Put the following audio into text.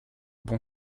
bon